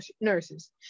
nurses